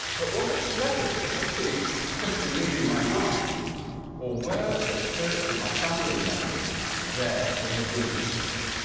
but was it telepathy was she simply reading my mind or were the spirits of my family members there in the room with us?